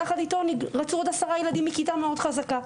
יחד איתו רצו עוד 10 ילדים מכיתה מאוד חזקה.